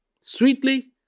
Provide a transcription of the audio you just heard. Sweetly